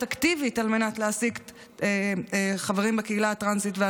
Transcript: אקטיבית על מנת להעסיק חברים מהקהילה הטרנסית.